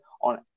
on